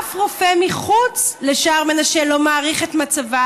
אף רופא מחוץ לשער מנשה לא מעריך את מצבה,